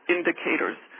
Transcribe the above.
Indicators